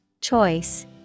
Choice